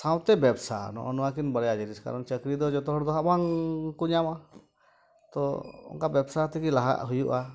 ᱥᱟᱶᱛᱮ ᱵᱮᱵᱽᱥᱟ ᱱᱚᱜᱼᱚ ᱱᱚᱣᱟᱠᱤᱱ ᱵᱟᱨᱭᱟ ᱡᱤᱱᱤᱥ ᱠᱟᱨᱚᱱ ᱪᱟᱹᱠᱨᱤ ᱫᱚ ᱡᱚᱛᱚᱦᱚᱲ ᱫᱚ ᱦᱟᱸᱜ ᱵᱟᱝᱻᱠᱚ ᱧᱟᱢᱟ ᱛᱚ ᱚᱱᱠᱟ ᱵᱮᱵᱽᱥᱟ ᱛᱮᱜᱮ ᱞᱟᱦᱟᱜ ᱦᱩᱭᱩᱜᱼᱟ